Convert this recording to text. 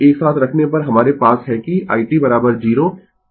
तो 4 1 e t 4 यह है 393 एम्पीयर और t 05 सेकंड पर यह भी पूछा गया है